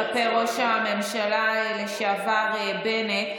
כלפי ראש הממשלה לשעבר בנט,